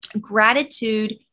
gratitude